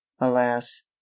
Alas